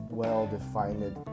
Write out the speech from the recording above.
well-defined